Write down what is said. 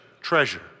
treasure